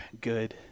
good